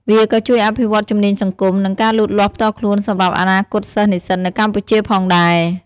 វាក៏ជួយអភិវឌ្ឍជំនាញសង្គម និងការលូតលាស់ផ្ទាល់ខ្លួនសម្រាប់អនាគតសិស្សនិស្សិតនៅកម្ពុជាផងដែរ។